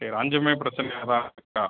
சரி அஞ்சுமே பிரச்சினையா தான் இருக்கா